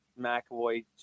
McAvoy